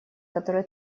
которая